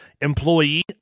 employee